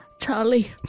Charlie